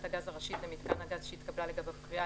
הגז הראשית למיתקן הגז שהתקבלה לגביו קריאה,